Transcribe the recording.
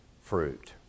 fruit